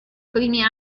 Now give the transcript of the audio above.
primi